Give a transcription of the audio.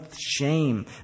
shame